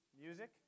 Music